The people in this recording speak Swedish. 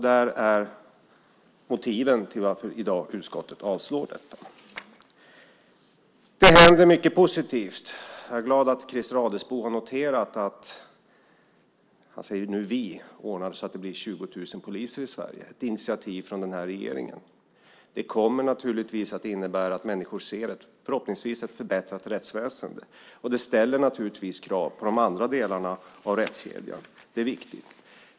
Det är motiven till att utskottet i dag avstyrker dessa. Det händer mycket positivt. Jag är glad att Christer Adelsbo har noterat att vi, som han nu säger, ordnade så att det blir 20 000 poliser i Sverige. Det är ett initiativ från den här regeringen. Det kommer naturligtvis att innebära att människor förhoppningsvis ser ett förbättrat rättsväsen, och det ställer krav på de andra delarna av rättskedjan. Det är viktigt.